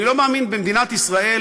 אני לא מאמין שבמדינת ישראל,